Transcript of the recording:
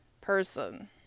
person